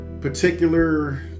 particular